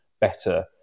better